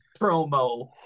promo